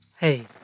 Hey